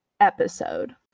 episode